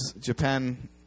Japan